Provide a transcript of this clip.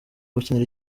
gukinira